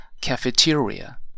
cafeteria